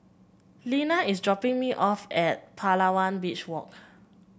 Leana is dropping me off at Palawan Beach Walk